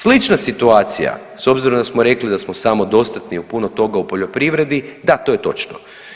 Slična situacija s obzirom da smo rekli da smo samodostatni u puno toga u poljoprivredi da to je točno.